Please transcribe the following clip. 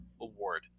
award